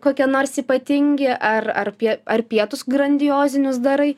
kokie nors ypatingi ar ar pie ar pietus grandiozinius darai